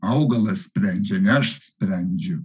augalas sprendžia ne aš sprendžiu